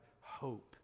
hope